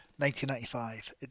1995